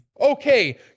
okay